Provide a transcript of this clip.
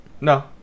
No